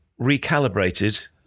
recalibrated